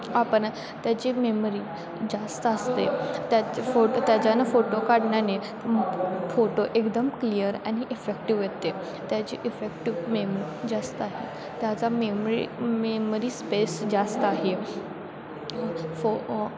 आपण त्याची मेमरी जास्त असते त्या फोटो त्याच्यानं फोटो काढण्याने फोटो एकदम क्लिअर आणि इफेक्टिव्ह येते त्याची इफेक्टिव्ह मेम जास्त आहे त्याचा मेमरी मेमरी स्पेस जास्त आहे फो